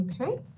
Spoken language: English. Okay